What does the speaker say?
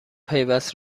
پیوست